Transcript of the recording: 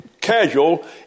casual